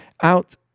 out